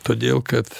todėl kad